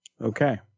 okay